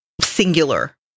singular